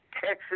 Texas